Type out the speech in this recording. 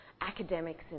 academics